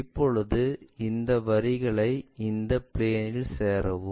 இப்போது இந்த வரிகளை அந்த பிளேன் இல் சேரவும்